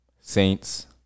Saints